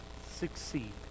succeed